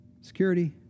Security